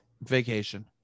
Vacation